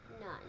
None